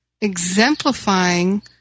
exemplifying